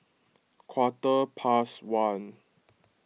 quarter past one